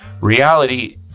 Reality